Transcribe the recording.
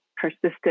persisted